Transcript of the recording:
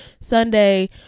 Sunday